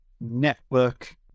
network